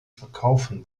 verkaufen